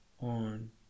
on